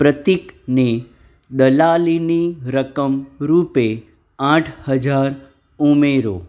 પ્રતીકને દલાલીની રકમ રૂપે આઠ હજાર ઉમેરો